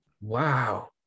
Wow